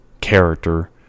character